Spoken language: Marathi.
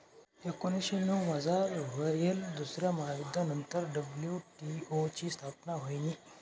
एकोनीसशे नऊमझार व्हयेल दुसरा महायुध्द नंतर डब्ल्यू.टी.ओ नी स्थापना व्हयनी